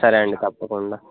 సరే అండి తప్పకుండా